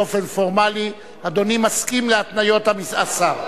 באופן פורמלי: אדוני מסכים להתניות השר?